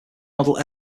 model